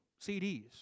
CDs